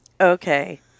Okay